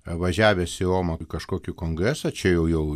važiavęs į romą į kažkokį kongresą čia jau jau